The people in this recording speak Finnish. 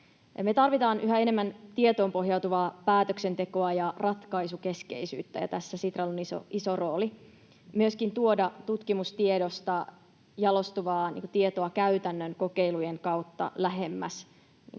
tarvitaan yhä enemmän tietoon pohjautuvaa päätöksentekoa ja ratkaisukeskeisyyttä, ja tässä Sitralla on iso rooli myöskin tuoda tutkimustiedosta jalostuvaa tietoa käytännön kokeilujen kautta lähemmäs